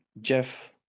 Jeff